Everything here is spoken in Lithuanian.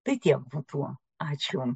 tai tiek būtų ačiū